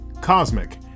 Cosmic